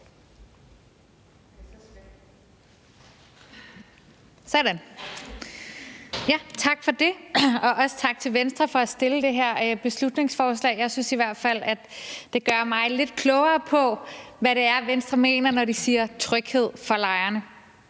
(EL): Tak for det, og også tak til Venstre for at fremsætte det her beslutningsforslag. Jeg synes i hvert fald, at det gør mig lidt klogere på, hvad det er, Venstre mener, når de siger tryghed for lejerne.